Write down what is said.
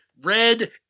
red